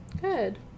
Good